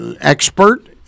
expert